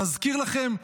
להזכיר לכם,